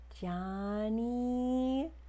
johnny